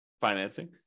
financing